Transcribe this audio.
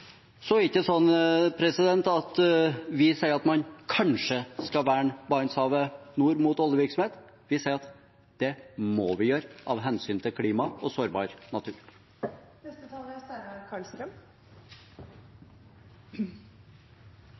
Så er det ikke sånn at vi sier at man kanskje skal verne Barentshavet nord mot oljevirksomhet; vi sier at det må vi gjøre, av hensyn til klimaet og sårbar natur. Når man sitter på finnmarksbenken, er